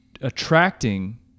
attracting